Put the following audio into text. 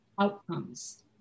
Outcomes